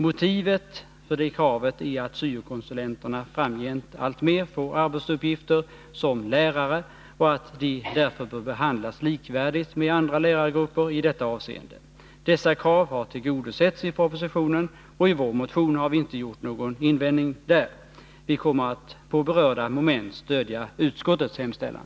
Motivet för de kraven är att syo-konsulenterna framgent alltmer får arbetsuppgifter som lärare och att de därför bör behandlas likvärdigt med andra lärargrupper i detta avseende. Dessa krav har tillgodosetts i propositionen, och i vår motion har vi inte gjort någon invändning. Vi kommer att avseende berörda moment stödja utskottets hemställan.